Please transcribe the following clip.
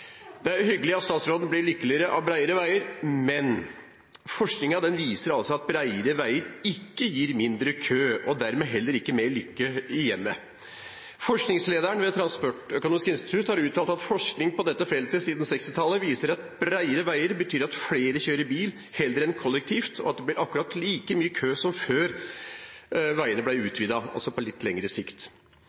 Det er hyggelig at statsråden blir lykkeligere av bredere veier, men forskningen viser at bredere veier ikke gir mindre kø, og dermed heller ikke mer lykke i hjemmet. Forskningslederen ved Transportøkonomisk institutt har uttalt at forskning siden 1960-tallet på dette feltet viser at bredere veier betyr at flere kjører bil heller enn kollektivt, og at det blir akkurat like mye kø som før veiene ble utvidet, også på litt lengre sikt.